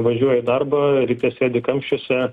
važiuoja į darbą ryte sėdi kamščiuose